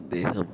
അദ്ദേഹം